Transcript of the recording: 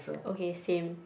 okay same